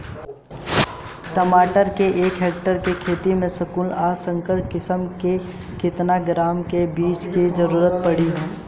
टमाटर के एक हेक्टेयर के खेती में संकुल आ संकर किश्म के केतना ग्राम के बीज के जरूरत पड़ी?